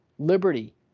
Liberty